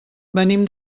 venim